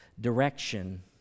direction